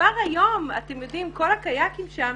כבר היום כל הקיאקים שם,